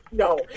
No